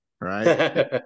right